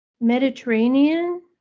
mediterranean